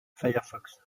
firefox